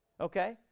Okay